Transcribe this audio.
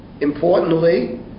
importantly